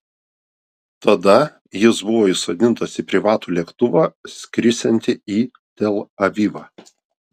tada jis buvo įsodintas į privatų lėktuvą skrisiantį į tel avivą